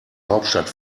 hauptstadt